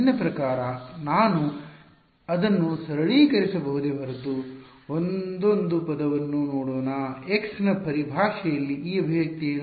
ನನ್ನ ಪ್ರಕಾರ ನಾನು ಅದನ್ನು ಸರಳೀಕರಿಸಬಹುದೇ ಹೊರತು ವಂದೋದು ಪದವನ್ನು ನೋಡೋಣ x ನ ಪರಿಭಾಷೆಯಲ್ಲಿ ಈ ಅಭಿವ್ಯಕ್ತಿ ಏನು